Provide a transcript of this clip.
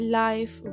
life